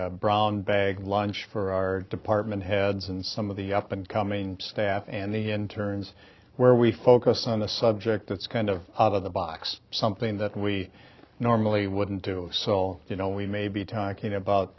a brown bag lunch for our department heads and some of the up and coming staff and the interns where we focus on the subject that's kind of out of the box something that we normally wouldn't do so all you know we may be talking about